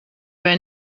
vai